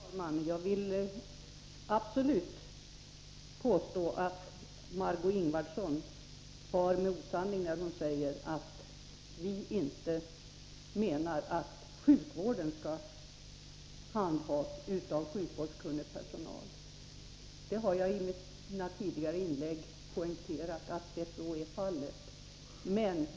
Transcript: Fru talman! Jag vill absolut påstå att Margé Ingvardsson far med osanning när hon säger att vi inte menar att sjukvården skall handhas av sjukvårdskunnig personal. Jag har i mina tidigare inlägg poängterat just att personalen skall vara sjukvårdskunnig.